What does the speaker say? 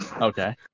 Okay